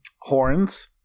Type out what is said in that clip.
Horns